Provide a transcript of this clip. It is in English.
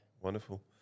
wonderful